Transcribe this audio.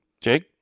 Jake